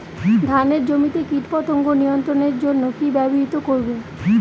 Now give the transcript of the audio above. ধানের জমিতে কীটপতঙ্গ নিয়ন্ত্রণের জন্য কি ব্যবহৃত করব?